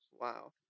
Wow